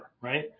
Right